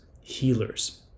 healers